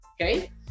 okay